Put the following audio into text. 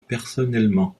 personnellement